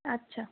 আচ্ছা